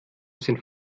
sind